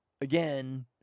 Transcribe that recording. Again